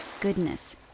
goodness